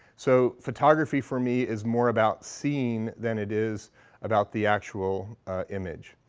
so photography for me is more about seeing than it is about the actual image.